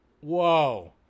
whoa